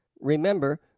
Remember